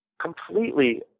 completely